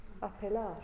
Apelar